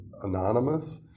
anonymous